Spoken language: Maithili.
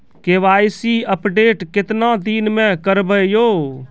के.वाई.सी अपडेट केतना दिन मे करेबे यो?